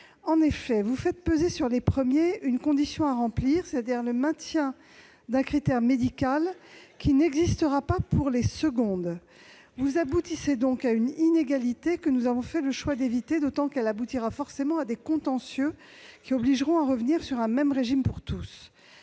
En effet, vous faites peser sur les premiers une condition, le maintien d'un critère médical, qui n'existera pas pour les secondes. Vous aboutissez donc à une inégalité que nous avons choisi d'éviter, d'autant que celle-ci aboutira forcément à des contentieux, qui obligeront à revenir à un régime identique pour tous.